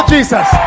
Jesus